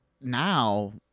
now